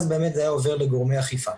אז באמת זה היה עובר לגורמי האכיפה.